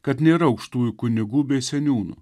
kad nėra aukštųjų kunigų bei seniūnų